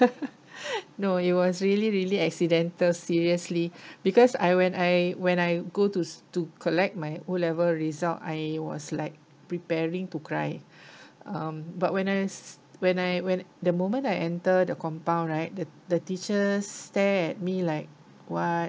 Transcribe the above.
no it was really really accidental seriously because I when I when I go to s~ to collect my O-level result I was like preparing to cry um but when I when I when the moment I enter the compound right the the teacher stare at me like what